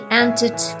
entered